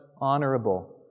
honorable